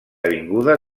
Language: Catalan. avinguda